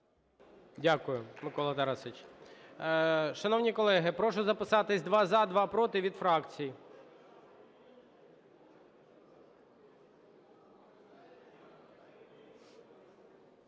Дякую, Миколо Тарасовичу. Шановні колеги, прошу записатись: два – за, два – проти від фракцій.